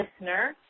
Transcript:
listener